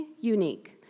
unique